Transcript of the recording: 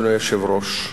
אדוני היושב-ראש,